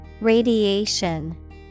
Radiation